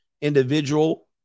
individual